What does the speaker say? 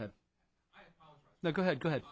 ahead now go ahead go ahead